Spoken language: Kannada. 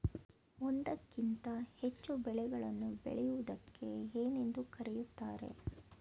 ಒಂದಕ್ಕಿಂತ ಹೆಚ್ಚು ಬೆಳೆಗಳನ್ನು ಬೆಳೆಯುವುದಕ್ಕೆ ಏನೆಂದು ಕರೆಯುತ್ತಾರೆ?